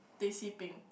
teh-C-peng